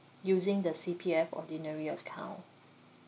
using the C_P_F ordinary account